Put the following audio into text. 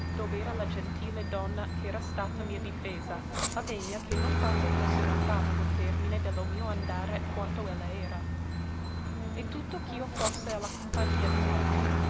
dov'era la gentile donna ch'era stata mia difesa avegna che non tanto fosse lontano lo termine de lo mio andare quanto ella era e tutto ch'io fosse a la compagnia di molti